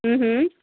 हम्म हम्म